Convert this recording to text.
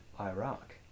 Iraq